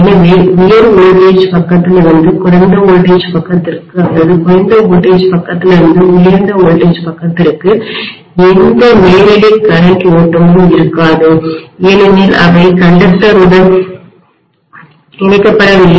எனவே உயர் மின்னழுத்தவோல்டேஜ் பக்கத்திலிருந்து குறைந்த மின்னழுத்தவோல்டேஜ் பக்கத்திற்கு அல்லது குறைந்த மின்னழுத்தவோல்டேஜ் பக்கத்திலிருந்து உயர் மின்னழுத்தவோல்டேஜ் பக்கத்திற்கு எந்த நேரடி மின்னோட்டகரண்ட்ஓட்டமும் இருக்காது ஏனெனில் அவை கடத்தியுடன்கண்டக்டர் உடன் இணைக்கப்படவில்லை